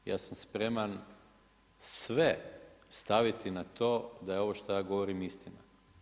Ja sam spreman sve staviti na to da je ovo šta ja govorim istina.